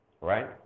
right